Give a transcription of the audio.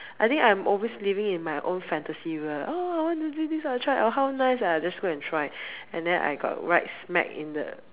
I think I'm always living in my own fantasy world oh I want to do this ah I try or how nice ah I just go and try and then I got right smack in the